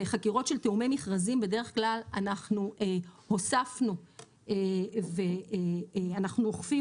בחקירות של תיאומי מכרזים בדרך כלל אנחנו הוספנו ואנחנו אוכפים